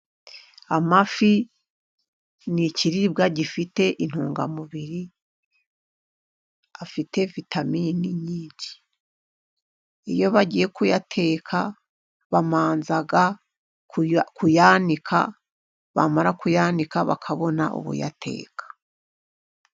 Amafi ni ikiribwa gifite intungamubiri. Afite vitamine nyinshi. Iyo bagiye kuyateka , babanza kuyanika, bamara kuyanika, bakabona ubuyateka.